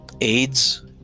AIDS